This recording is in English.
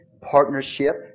partnership